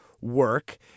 work